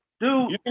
Dude